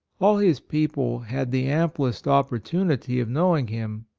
all his people had the amplest opportu nity of knowing him,